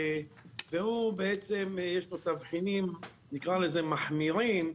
ויש בו תבחינים מחמירים,